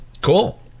Cool